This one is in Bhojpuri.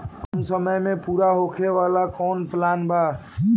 कम समय में पूरा होखे वाला कवन प्लान बा?